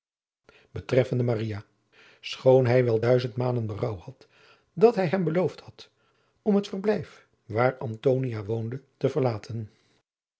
betreffende maria schoon hij wel duizendmalen berouw had dat hij hem beloofd had om het verblijf waar antonia woonde te verlaten